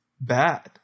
bad